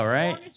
right